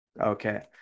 okay